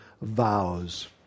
vows